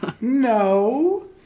No